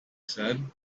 said